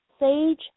Sage